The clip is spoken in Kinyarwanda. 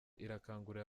irakangurira